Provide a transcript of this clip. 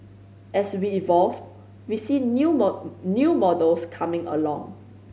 as we evolve we see new new models coming along